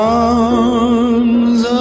arms